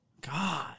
God